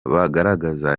bagaragaza